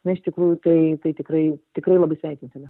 na iš tikrųjų tai tai tikrai tikrai labai sveikintina